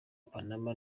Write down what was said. panama